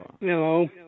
Hello